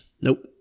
Nope